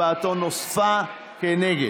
הצבעתו נוספה, נגד,